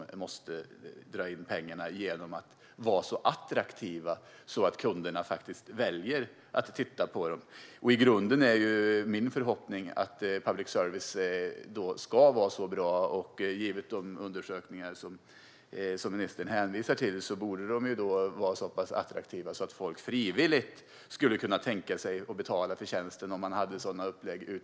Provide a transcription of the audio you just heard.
De måste dra in pengarna genom att vara så attraktiva att kunderna väljer att titta på dem. I grunden är min förhoppning att public service och innehållet ska vara så bra, och givet de undersökningar som ministern hänvisar till borde de vara så pass attraktiva, att folk skulle kunna tänka sig att frivilligt betala för tjänsten, om det fanns ett sådant upplägg.